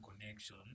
connection